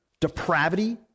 depravity